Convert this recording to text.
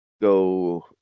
go